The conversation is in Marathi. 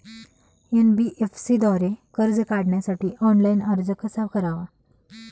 एन.बी.एफ.सी द्वारे कर्ज काढण्यासाठी ऑनलाइन अर्ज कसा करावा?